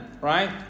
right